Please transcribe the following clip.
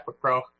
pro